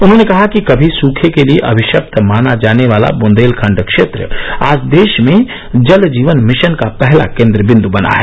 उन्होंने कहा कि कभी सूखे के लिए अभिशप्त माना जाने वाला ब्देलखंड क्षेत्र आज देश में जल जीवन मिशन का पहला केंद्र बिंदु बना है